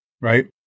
Right